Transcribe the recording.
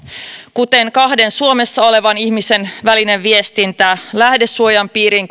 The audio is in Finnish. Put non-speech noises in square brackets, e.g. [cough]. kuten kahden suomessa olevan ihmisen välinen viestintä lähdesuojan piiriin [unintelligible]